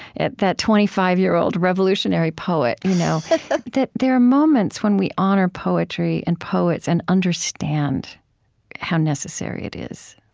that twenty five year old revolutionary poet, you know that there are moments when we honor poetry and poets and understand how necessary it is.